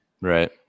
Right